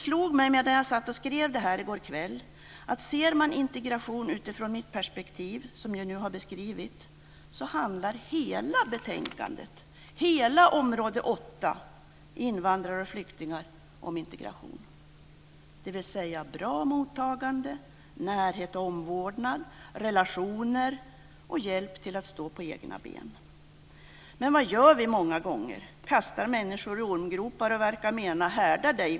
När jag satt och skrev detta i går kväll slog det mig, att ser man integration utifrån det perspektiv som jag nu har beskrivit handlar hela betänkandet, hela område 8 Invandrare och flyktingar, om integration. Det handlar om bra mottagande, närhet och omvårdnad, relationer och hjälp till att stå på egna ben. Men vad gör vi många gånger? Vi kastar människor i ormgropar och verkar mena: Härda dig!